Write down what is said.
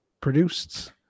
produced